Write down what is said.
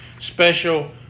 special